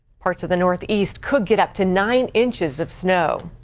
parts of the northeast could get up to nine inches of snow.